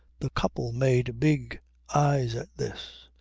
the couple made big eyes this,